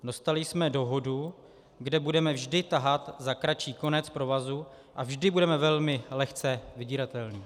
Dostali jsme dohodu, kde budeme vždy tahat za kratší konec provazu a vždy budeme velmi lehce vydíratelní.